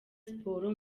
siporo